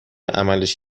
عملش